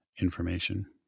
information